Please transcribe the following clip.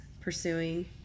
pursuing